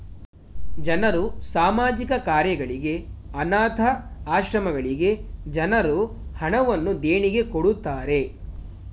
ಜನರು ಸಾಮಾಜಿಕ ಕಾರ್ಯಗಳಿಗೆ, ಅನಾಥ ಆಶ್ರಮಗಳಿಗೆ ಜನರು ಹಣವನ್ನು ದೇಣಿಗೆ ಕೊಡುತ್ತಾರೆ